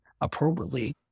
appropriately